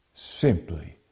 Simply